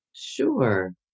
Sure